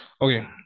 Okay